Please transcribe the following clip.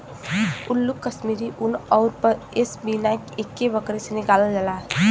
हल्लुक कश्मीरी उन औरु पसमिना एक्के बकरी से निकालल जाला